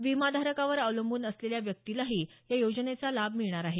विमाधारकावर अवलंबून असलेल्या व्यक्तीलाही या योजनेचा लाभ मिळणार आहे